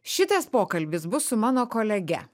šitas pokalbis bus su mano kolege